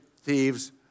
thieves